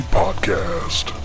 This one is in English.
podcast